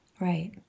Right